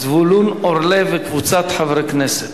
זבולון אורלב וקבוצת חברי הכנסת.